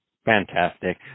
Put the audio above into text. Fantastic